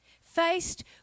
Faced